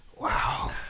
Wow